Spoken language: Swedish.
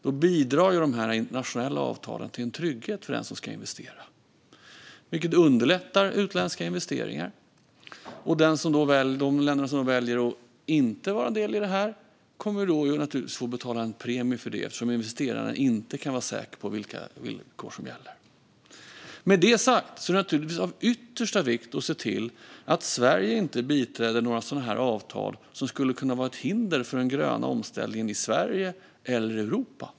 Då bidrar de här internationella avtalen till en trygghet för den som ska investera, vilket underlättar utländska investeringar. De länder som väljer att inte vara del i det här kommer naturligtvis att få betala en premie för det eftersom investerarna inte kan vara säkra på vilka villkor som gäller. Med det sagt är det naturligtvis av yttersta vikt att se till att Sverige inte biträder några sådana här avtal som skulle kunna vara ett hinder för den gröna omställningen i Sverige eller Europa.